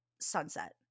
sunset